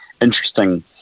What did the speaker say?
interesting